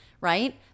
right